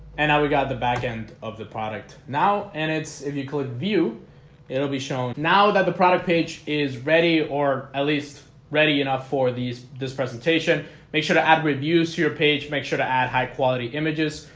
and now we got the end of the product now and it's if you click view it'll be shown now that the product page is ready or at least ready enough for these this presentation make sure to add reviews to your page make sure to add high quality images.